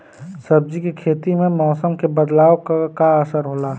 सब्जी के खेती में मौसम के बदलाव क का असर होला?